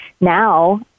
now